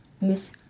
Miss